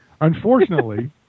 Unfortunately